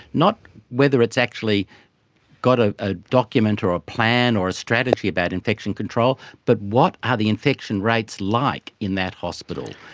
not whether it's actually got ah a document or a plan or a strategy about infection control, but what are the infection rates like in that hospital.